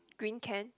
green can